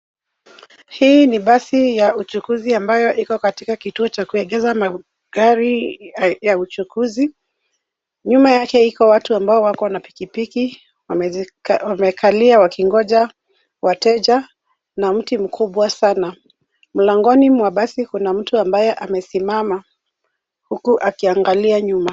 Hii ni basi ya uchukuzi ambayo iko katika kituo cha kuegeza magari ya uchukuzi. Nyuma yake, iko watu ambao wako na pikipiki, wamekalia wakingonja wateja na mti mkubwa sana. Mlangoni mwa basi kuna mtu ambaye amesimama huku akiangalia nyuma.